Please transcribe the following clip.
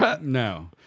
No